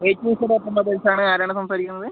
A to Z ഓട്ടോമൊബൈൽസാണ് ആരാണ് സംസാരിക്കുന്നത്